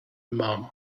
mom